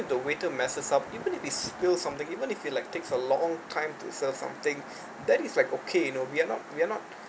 the waiter messes up even if it spill something even if it takes a long time to serve something that is like okay you know we're not we're not